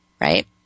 right